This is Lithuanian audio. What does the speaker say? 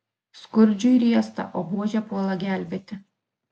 skurdžiui riesta o buožė puola gelbėti